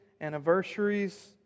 anniversaries